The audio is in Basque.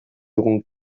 dugun